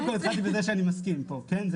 אדוני היו"ר לכן קודם כל התחלתי בזה שאני מסכים פה כן?